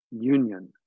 Union